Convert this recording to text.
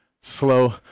slow